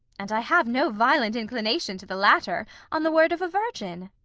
and i have no violent inclination to the latter, on the word of a virgin.